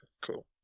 cool